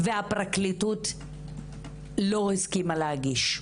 והפרקליטות לא הסכימה להגיש?